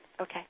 Okay